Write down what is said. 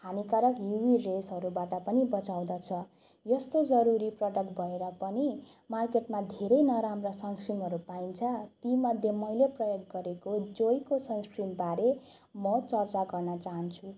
हानिकारक युभी रेसहरूबाट पनि बचाउँदछ यस्तो जरुरी प्रडक्ट भएर पनि मार्केटमा धेरै नराम्रा सन्सक्रिमहरू पाइन्छ ती मध्ये मैले प्रयोग गरेको जोयको सन्सक्रिमबारे म चर्चा गर्न चाहन्छु